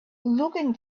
looking